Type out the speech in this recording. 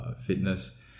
fitness